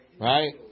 right